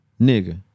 Nigga